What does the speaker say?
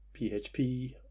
php